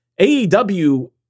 AEW